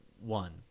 one